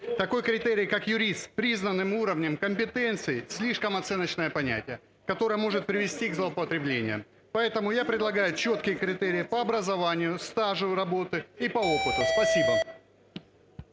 Такой критерий, как юрист с признанным уровнем компетенции, слишком оценочное понятие, которое может привести к злоупотреблениям. Поэтому я предлагаю четкие критерии по образованию, стажу работы и по опыту. Спасибо.